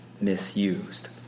misused